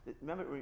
Remember